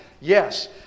Yes